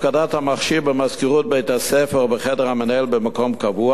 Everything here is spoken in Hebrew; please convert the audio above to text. הפקדת המכשיר במזכירות בית-הספר או בחדר המנהל במקום קבוע,